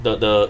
the the